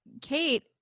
Kate